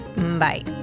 Bye